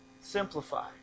Simplify